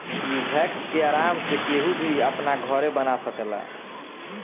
इ वैक्स के आराम से केहू भी अपना घरे बना सकेला